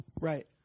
Right